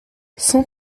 cent